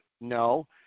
no